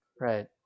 Right